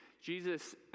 Jesus